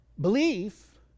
Belief